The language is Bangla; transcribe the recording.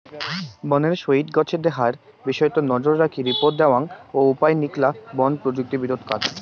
বনের সউগ্ গছের দেহার বিষয়ত নজররাখি রিপোর্ট দ্যাওয়াং ও উপায় নিকলা বন প্রযুক্তিবিদত কাজ